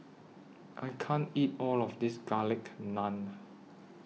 I can't eat All of This Garlic Naan